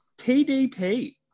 TDP